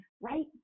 right